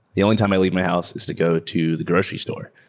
the only time i leave my house is to go to the grocery store.